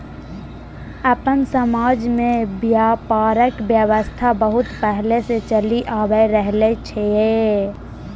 अपन समाज में ब्यापारक व्यवस्था बहुत पहले से चलि आइब रहले ये